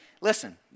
Listen